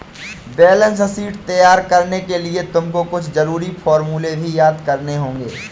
balance sheet तैयार करने के लिए तुमको कुछ जरूरी फॉर्मूले भी याद करने होंगे